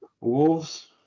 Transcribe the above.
Wolves